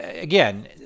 Again